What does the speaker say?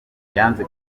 yanze